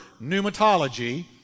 pneumatology